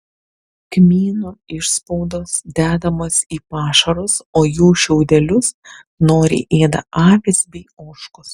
kmynų išspaudos dedamos į pašarus o jų šiaudelius noriai ėda avys bei ožkos